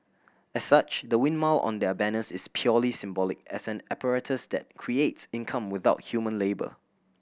as such the windmill on their banners is purely symbolic as an apparatus that creates income without human labour